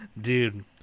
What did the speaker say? Dude